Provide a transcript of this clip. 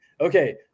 okay